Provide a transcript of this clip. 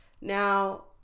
Now